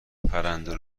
پرنده